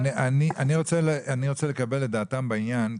אני רוצה לקבל את דעתם בעניין,